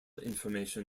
information